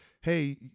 Hey